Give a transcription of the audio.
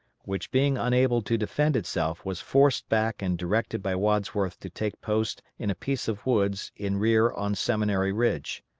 which being unable to defend itself was forced back and directed by wadsworth to take post in a piece of woods in rear on seminary ridge.